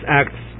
acts